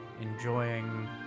enjoying